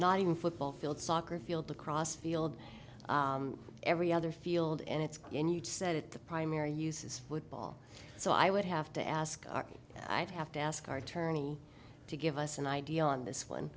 not even football field soccer field lacrosse field every other field and it's going you'd said at the primary uses football so i would have to ask our i'd have to ask our attorney to give us an idea on this one